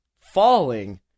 falling